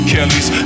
Kelly's